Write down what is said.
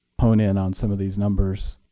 hone in on some of these numbers,